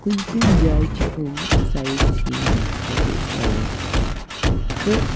کُنہِ کُنہِ جایہِ چھِ یِم سایِٹ سیٖن خٲطرٕ یِوان تہٕ